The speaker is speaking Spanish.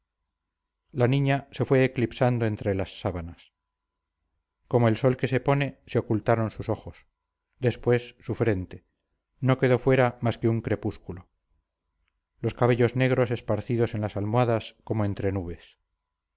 la niña se fue eclipsando entre las sábanas como el sol que se pone se ocultaron sus ojos después su frente no quedó fuera más que un crepúsculo los cabellos negros esparcidos en las almohadas como entre nubes